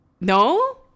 No